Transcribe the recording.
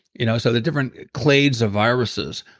you know so the different clades of viruses.